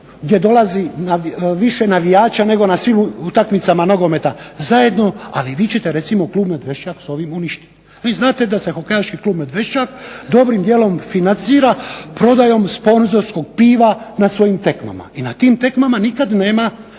gdje dolazi više navijača nego na svim utakmicama nogometa zajedno. Ali vi ćete recimo klub Medvešćak sa ovim uništiti. Vi znate da se hokejaški klub Medvešćak dobrim dijelom financira prodajom sponzorskog piva na svojim tekmama. I na tim tekmama nikad nema,